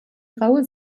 raue